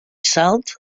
salt